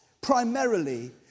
primarily